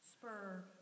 spur